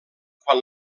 quan